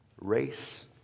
race